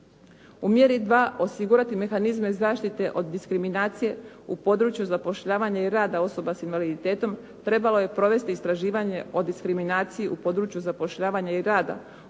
U mjeri 2.-osigurati mehanizme zaštite od diskriminacije u području zapošljavanja i rada osoba s invaliditetom trebalo je provesti istraživanje o diskriminaciji u području zapošljavanja i rada osoba s invaliditetom,